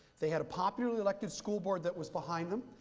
they had a popularly elected school board that was behind them.